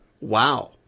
Wow